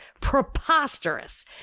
preposterous